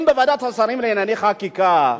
אם בוועדת השרים לענייני חקיקה,